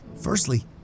Firstly